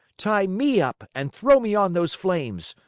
tie me up and throw me on those flames.